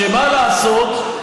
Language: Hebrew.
מה לעשות,